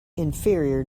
inferior